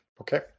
Okay